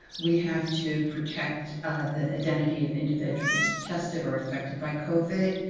we have to protect the identity of individuals tested or affected by covid,